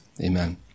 Amen